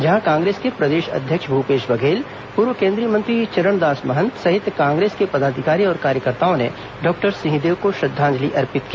जहां कांग्रेस के प्रदेश अध्यक्ष भूपेश बघेल पूर्व केंद्रीय मंत्री चरणदास महंत सहित कांग्रेस के पदाधिकारी और कार्यकर्ताओं ने डॉक्टर सिंहदेव को श्रद्वांजलि अर्पित की